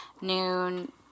noon